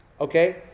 Okay